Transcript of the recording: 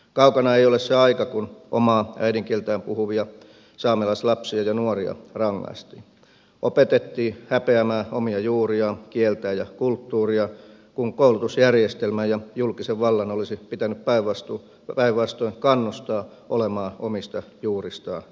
kaukana ei ole se aika kun omaa äidinkieltään puhuvia saamelaislapsia ja nuoria rangaistiin opetettiin häpeämään omia juuriaan kieltään ja kulttuuriaan kun koulutusjärjestelmän ja julkisen vallan olisi pitänyt päinvastoin kannustaa olemaan omista juuristaan ylpeä